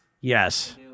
yes